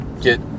get